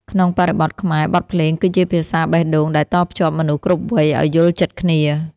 ក្នុងបរិបទខ្មែរ បទភ្លេងគឺជាភាសាបេះដូងដែលតភ្ជាប់មនុស្សគ្រប់វ័យឱ្យយល់ចិត្តគ្នា។